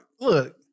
Look